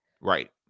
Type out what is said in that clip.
Right